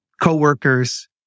coworkers